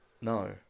No